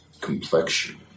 complexion